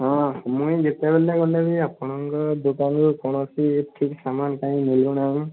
ହଁ ମୁଇଁ ଯେତେବେଳେ ଗଲେ ବି ଆପଣଙ୍କ ଦୋକାନ ର କୋଣସି ଠିକ୍ ସାମାନ କାଇଁ ମିଳୁନାହିଁ